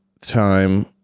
time